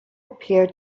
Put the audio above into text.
appear